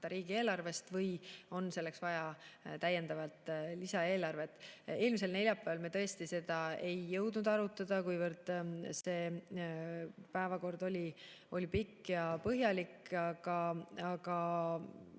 riigieelarvest või on vaja lisaeelarvet. Eelmisel neljapäeval me tõesti seda ei jõudnud arutada, kuivõrd päevakord oli pikk ja põhjalik. Ma